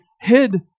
hid